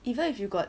even if you got